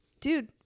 Dude